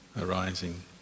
arising